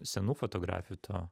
senų fotografijų to